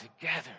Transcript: together